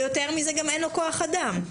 ויותר מזה, גם אין לו כוח אדם.